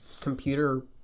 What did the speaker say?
computer